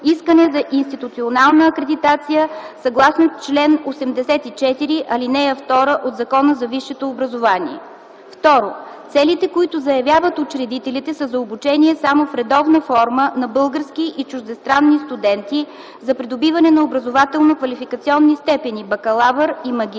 искане за институционална акредитация, съгласно чл. 84, ал. 2 от Закона за висшето образование. 2. Целите, които заявяват учредителите, са за обучение само в редовна форма на български и чуждестранни студенти за придобиване на образователно-квалификационни степени „бакалавър” и „магистър”